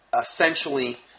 essentially